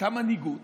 הייתה מנהיגות